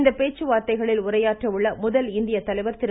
இந்த பேச்சுவார்தைகளில் உரையாற்ற உள்ள முதல் இந்திய தலைவர் திரு